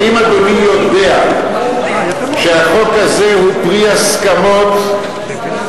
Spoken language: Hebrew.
האם אדוני יודע שהחוק הזה הוא פרי הסכמות בין